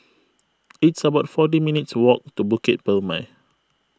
it's about forty minutes' walk to Bukit Purmei